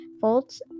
faults